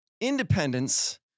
independence